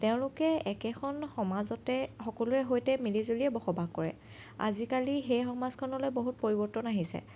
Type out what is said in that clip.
তেওঁলোকে একেখন সমাজতে সকলোৰে সৈতে মিলিজুলিয়ে বসবাস কৰে আজিকালি সেই সমাজখনলৈ বহুত পৰিৱৰ্তন আহিছে